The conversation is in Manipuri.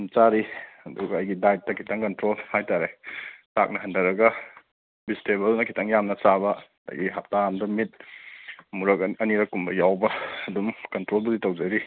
ꯆꯥꯔꯤ ꯑꯗꯨꯒ ꯑꯩꯒꯤ ꯗꯥꯏꯠꯇ ꯈꯤꯇꯪ ꯀꯟꯇ꯭ꯔꯣꯜ ꯍꯥꯏꯇꯔꯦ ꯆꯥꯛꯅ ꯍꯟꯗꯔꯒ ꯕꯦꯖꯤꯇꯦꯕꯜꯅ ꯈꯤꯇꯪ ꯌꯥꯝꯅ ꯆꯥꯕ ꯑꯗꯒꯤ ꯍꯞꯇꯥ ꯑꯃꯗ ꯃꯤꯠ ꯑꯃꯨꯔꯛ ꯑꯅꯤꯔꯛ ꯀꯨꯝꯕ ꯌꯥꯎꯕ ꯑꯗꯨꯝ ꯀꯟꯇ꯭ꯔꯣꯜꯕꯨꯗꯤ ꯇꯧꯖꯔꯤ